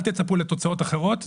אל תצפו לתוצאות אחרות.